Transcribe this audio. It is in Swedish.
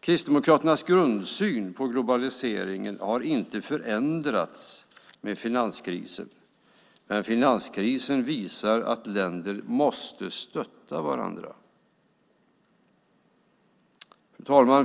Kristdemokraternas grundsyn på globalisering har inte förändrats med finanskrisen, men finanskrisen visar att länder måste stötta varandra. Fru talman!